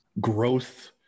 growth